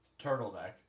turtleneck